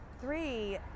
Three